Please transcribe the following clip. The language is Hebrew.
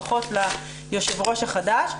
ברכות ליו"ר החדש,